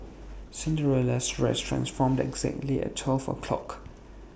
Cinderella's dress transformed exactly at twelve o' clock